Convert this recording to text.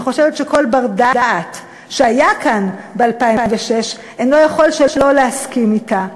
ואני חושבת שכל בר-דעת שהיה כאן ב-2006 אינו יכול שלא להסכים אתה.